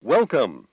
Welcome